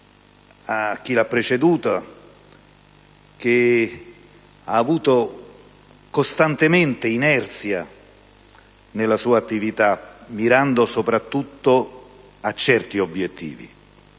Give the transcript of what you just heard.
chi l'ha preceduto, che ha avuto costantemente inerzia nella sua attività, mirando soprattutto a certi obiettivi?